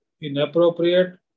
inappropriate